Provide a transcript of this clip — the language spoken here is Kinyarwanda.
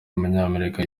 w’umunyamerika